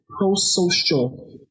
pro-social